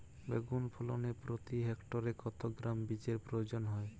বেগুন ফলনে প্রতি হেক্টরে কত গ্রাম বীজের প্রয়োজন হয়?